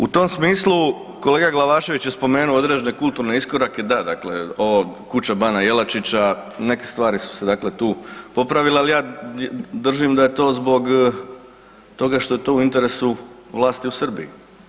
U tom smislu kolega Glavašević je spomenuo određene kulturne iskorake, da dakle ovo kuća bana Jelačića, neke stvari su se dakle tu popravile, ali ja držim da je to zbog toga što je to u interesu vlasti u Srbiji.